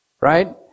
right